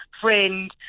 friend